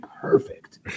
perfect